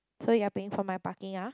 so you are paying for my parking ah